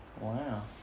wow